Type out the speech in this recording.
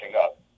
up